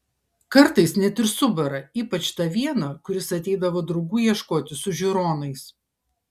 kartais net ir subara ypač tą vieną kuris ateidavo draugų ieškoti su žiūronais